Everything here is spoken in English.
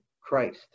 christ